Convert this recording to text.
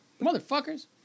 Motherfuckers